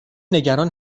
نگران